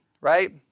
right